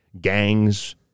gangs